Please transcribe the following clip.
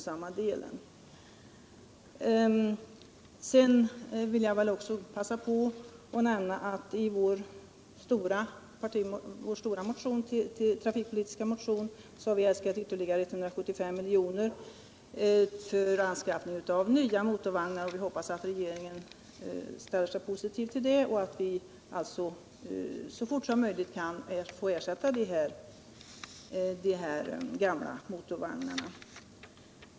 Sedan vill jag också passa på att nämna att vi i vår stora trafikpolitiska motion har äskat ytterligare 175 milj.kr. för anskaffning av nya motorvagnar. Vi hoppas att regeringen ställer sig positiv till detta förslag, så att vi så fort som möjligt kan ersätta de gamla motorvagnarna.